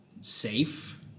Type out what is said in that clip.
safe